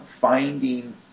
finding